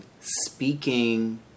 speaking